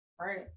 Right